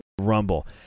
Rumble